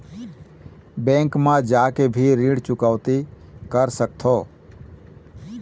Bank मा जाके भी ऋण चुकौती कर सकथों?